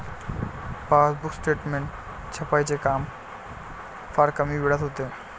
passbook statement छपाईचे काम फार कमी वेळात होते